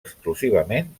exclusivament